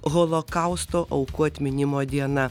holokausto aukų atminimo diena